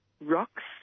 rocks